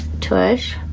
tush